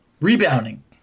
rebounding